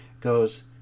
goes